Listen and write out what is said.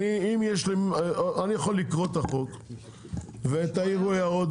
אני יכול לקרוא את החוק ותעירו הערות,